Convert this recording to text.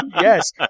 Yes